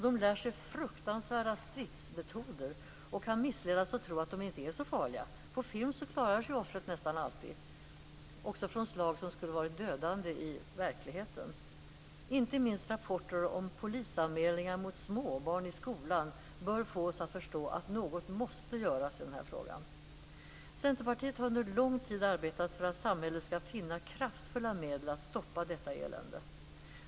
De lär sig fruktansvärda stridsmetoder och kan missledas att tro att de inte är så farliga. På film klarar sig ju offret nästan alltid, också från slag som skulle ha varit dödande i verkligheten. Inte minst rapporter om polisanmälningar mot småbarn i skolan bör få oss att förstå att något måste göras i denna fråga. Centerpartiet har under lång tid arbetat för att samhället skall finna kraftfulla medel för att stoppa detta elände.